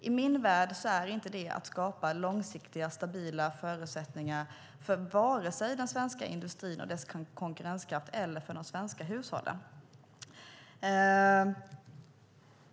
I min värld är inte det att skapa långsiktiga och stabila förutsättningar för vare sig den svenska industrin och dess konkurrenskraft eller de svenska hushållen.